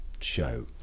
show